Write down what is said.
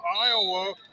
Iowa